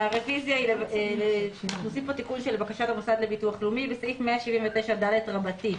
הרביזיה היא להוסיף תיקון לבקשת הביטוח הלאומי בסעיף 179(ד) רבתי.